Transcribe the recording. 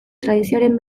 tradizioaren